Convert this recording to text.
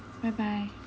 bye bye